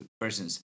person's